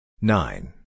Nine